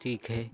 ठीक है